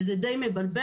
וזה די מבלבל.